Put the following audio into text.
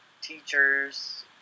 teachers